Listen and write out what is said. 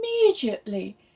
immediately